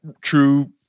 true